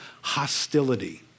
hostility